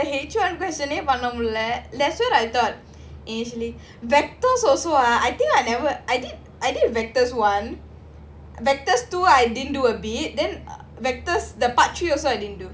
பண்ணமுடியல:panna mudiyala H one that's why I thought initially vectors also I think I never I did I did vectors one vectors two I didn't do a bit then vectors the part three also I didn't do